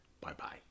Bye-bye